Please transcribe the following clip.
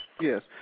Yes